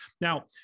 Now